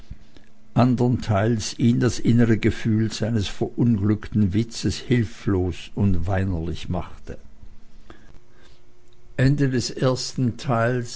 ihn das innere gefühl seines verunglückten witzes hilflos und weinerlich machte